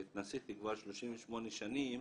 שהתנסיתי כבר 38 שנים,